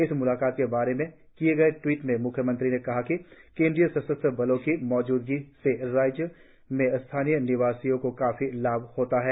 इस म्लाकात के बारे में किए गए ट्वीट में म्ख्यमंत्री ने कहा कि केंद्रीय सशस्त्र बलों की मौजूदगी से राज्य में स्थानीय निवासियों को काफी लाभ होता है